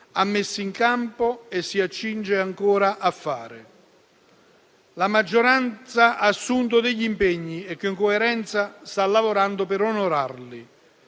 ha messo in campo e si accinge ancora a fare. La maggioranza ha assunto degli impegni e, con coerenza, sta lavorando per onorarli.